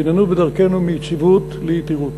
והננו בדרכנו מיציבות ליתירות.